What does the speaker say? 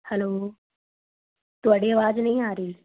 hello ਤੁਹਾਡੀ ਆਵਾਜ਼ ਨਹੀਂ ਆ ਰਹੀ